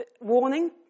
warning